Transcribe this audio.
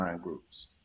groups